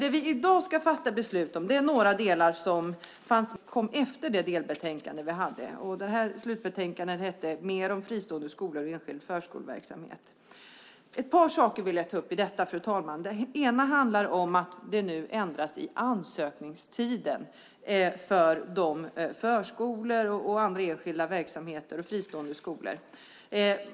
Det vi i dag ska fatta beslut om är några delar som fanns med i det slutbetänkande som kom efter det delbetänkande vi hade. Betänkandet hette Mer om fristående skolor och enskild förskoleverksamhet . Fru talman! Jag vill ta upp ett par saker i detta. Det ena handlar om att det nu ändras i ansökningstiden för de förskolor, andra enskilda verksamheter och fristående skolor.